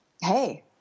Hey